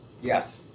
yes